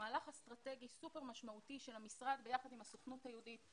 מהלך אסטרטגי סופר משמעותי של המשרד ביחד עם הסוכנות היהודית,